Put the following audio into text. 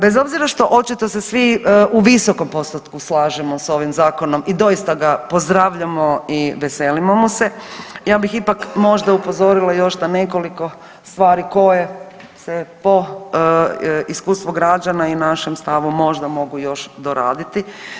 Bez obzira što očito se svi u visokom postotku slažemo s ovim zakonom i doista ga pozdravljamo i veselimo mu se, ja bih ipak možda upozorila još na nekoliko stvari koje se po iskustvu građana i našem stavu možda mogu još doraditi.